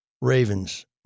Ravens